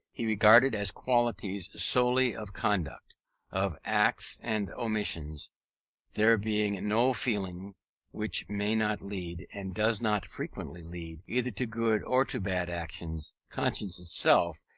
he regarded as qualities solely of conduct of acts and omissions there being no feeling which may not lead, and does not frequently lead, either to good or to bad actions conscience itself,